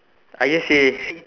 I guess say